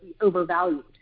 overvalued